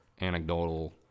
anecdotal